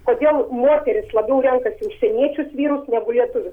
kodėl moterys labiau renkasi užsieniečius vyrus negu lietuvius